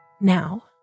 now